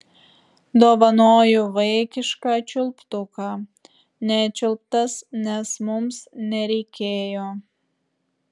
dovanoju vaikišką čiulptuką nečiulptas nes mums nereikėjo